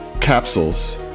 capsules